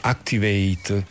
Activate